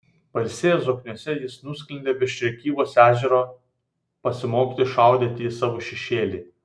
pailsėjęs zokniuose jis nusklendė virš rėkyvos ežero pasimokyti šaudyti į savo šešėlį